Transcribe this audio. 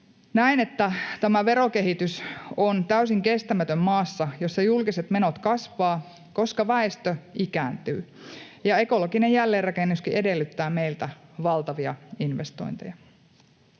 Näen, että tämä verokehitys on täysin kestämätön maassa, jossa julkiset menot kasvavat, koska väestö ikääntyy ja ekologinen jälleenrakennuskin edellyttää meiltä valtavia investointeja.